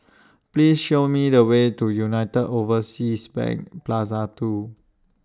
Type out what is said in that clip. Please Show Me The Way to United Overseas Bank Plaza two